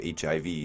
HIV